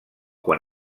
quan